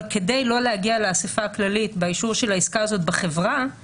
אבל כדי לא להגיע לאספה הכללית באישור של העסקה הזאת בחברה,